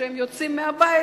כשהם יוצאים מהבית,